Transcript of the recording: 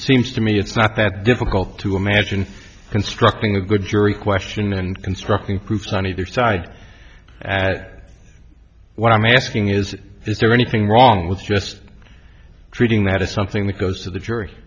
seems to me it's not that difficult to imagine constructing a good jury question and constructing proofs on either side at what i'm asking is is there anything wrong with just treating that as something that goes to the jury